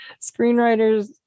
screenwriters